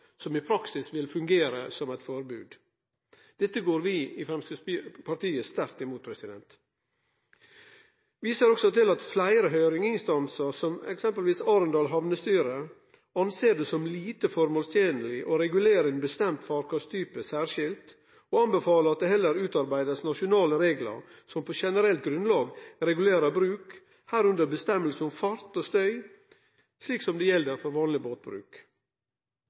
som i praksis vil fungere som eit forbod. Dette er vi i Framstegspartiet sterkt mot. Eg viser også til at fleire høyringsinstansar, som eksempelvis Arendal havnestyre, ser det som lite formålstenleg å regulere ein bestemt farkosttype særskilt, og anbefaler at det heller utarbeidast nasjonale reglar som på generelt grunnlag regulerer bruk, irekna avgjerder om fart og støy, slik som det gjeld for vanleg båtbruk.